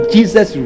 Jesus